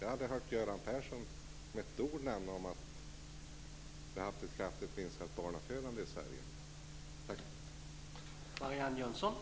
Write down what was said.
Jag har aldrig hört Göran Persson med ett ord nämna det kraftigt minskade barnafödandet i Sverige.